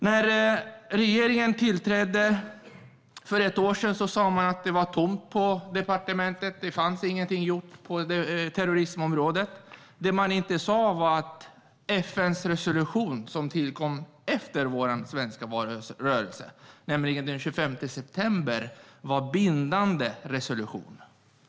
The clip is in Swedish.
När regeringen tillträdde för ett år sedan sa man att det var tomt på departementet. Det var inget gjort på terrorismområdet. Det man inte sa var att FN:s resolution, som tillkom efter vår svenska valrörelse, nämligen den 25 september, var en bindande resolution.